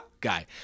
guy